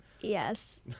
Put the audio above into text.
Yes